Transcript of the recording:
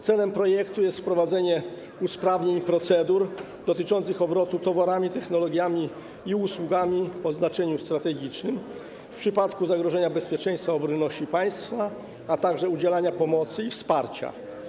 Celem projektu jest wprowadzenie usprawnień procedur dotyczących obrotu towarami, technologiami i usługami o znaczeniu strategicznym w przypadku zagrożenia bezpieczeństwa i obronności państwa, a także udzielania pomocy i wsparcia.